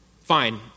fine